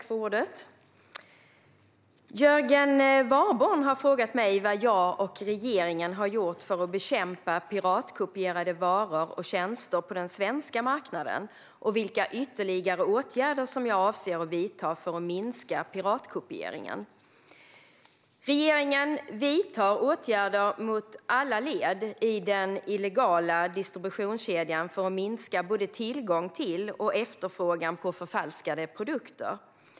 Fru talman! Jörgen Warborn har frågat mig vad jag och regeringen har gjort för att bekämpa piratkopierade varor och tjänster på den svenska marknaden och vilka ytterligare åtgärder jag avser att vidta för att piratkopieringen ska minska. Regeringen vidtar åtgärder mot alla led i den illegala distributionskedjan för att minska både tillgång till och efterfrågan på förfalskade produkter.